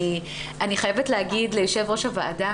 אני חייבת להגיד ליו"ר הוועדה